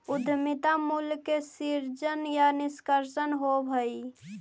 उद्यमिता मूल्य के सीजन या निष्कर्षण होवऽ हई